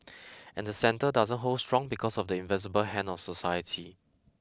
and the centre doesn't hold strong because of the invisible hand of society